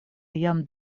jam